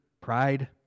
pride